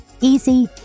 easy